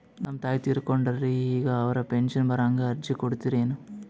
ನಮ್ ತಾಯಿ ತೀರಕೊಂಡಾರ್ರಿ ಈಗ ಅವ್ರ ಪೆಂಶನ್ ಬರಹಂಗ ಅರ್ಜಿ ಕೊಡತೀರೆನು?